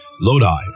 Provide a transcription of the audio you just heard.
Lodi